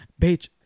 Bitch